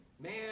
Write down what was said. man